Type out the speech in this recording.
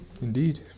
Indeed